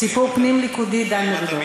סיפור פנים-ליכודי, דן מרידור.